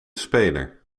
speler